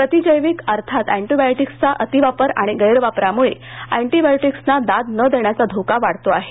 प्रतिजैविक अर्थात अँटिबायोटिक्सचा अतिवापर आणि गैरवापरामुळे अँटिबायोटिक्सना दाद न देण्याचा धोका वाढतो आहे